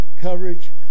coverage